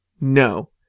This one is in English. No